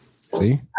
See